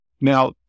Now